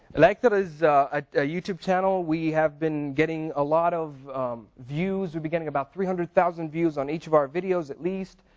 la yekther is a youtube channel we have been getting a lot of views, we've been getting about three hundred thousand views on each of our videos at least,